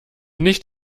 nicht